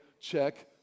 check